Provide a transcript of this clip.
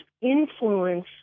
influence